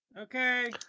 Okay